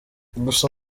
gusa